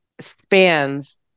spans